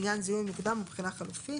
זיהוי מוקדם ובחינת חלופות);